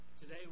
today